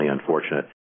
unfortunate